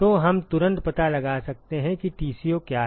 तो हम तुरंत पता लगा सकते हैं कि TCo क्या है